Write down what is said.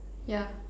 yeah